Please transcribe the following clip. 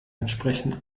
entsprechen